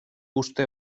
uste